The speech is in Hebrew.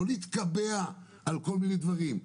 לא להתקבע על כל מיני דברים.